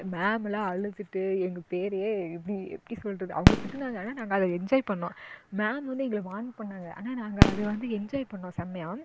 மேமெல்லாம் அழுதுட்டு எங்கள் பேரையே எப்படி எப்படி சொல்கிறது அவங்க திட்டினாங்க ஆனால் நாங்கள் அதை என்ஜாய் பண்ணோம் மேம் வந்து எங்களை வார்ன் பண்ணாங்க ஆனால் நாங்கள் அதை வந்து என்ஜாய் பண்ணோம் செம்மையாக